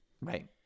Right